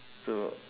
so